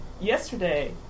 yesterday